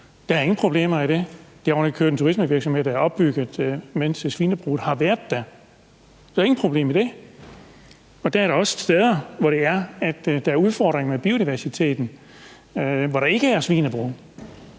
Der er ingen problemer i det. Det er ovenikøbet en turismevirksomhed, der er opbygget, mens svinebruget har været der. Der er intet problem i det. Der er da også steder, hvor der er udfordringer med biodiversiteten og hvor der ikke er svinebrug.